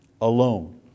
alone